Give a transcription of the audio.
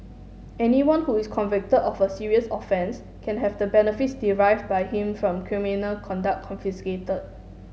anyone who is convicted of a serious offence can have the benefits derived by him from criminal conduct confiscated